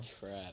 crap